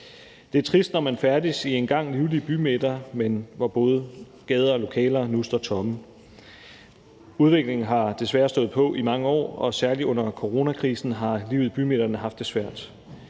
Det er trist, når man færdes i det, der engang var livlige bymidter, men hvor både gader og lokaler nu står tomme. Udviklingen har desværre stået på i mange år, og særlig under coronakrisen har livet i bymidterne haft det svært.